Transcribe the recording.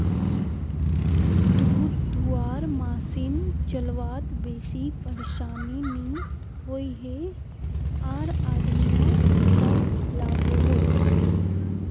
दूध धुआर मसिन चलवात बेसी परेशानी नि होइयेह आर आदमियों कम लागोहो